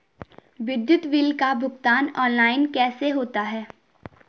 विद्युत बिल का भुगतान ऑनलाइन कैसे होता है?